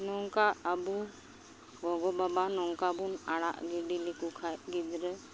ᱱᱚᱝᱠᱟ ᱟᱵᱩ ᱜᱚᱜᱚ ᱵᱟᱵᱟ ᱱᱚᱝᱵᱚᱱ ᱟᱲᱟᱜ ᱜᱤᱰᱤ ᱞᱮᱠᱚ ᱠᱷᱟᱡ ᱜᱤᱫᱽᱨᱟᱹ